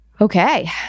okay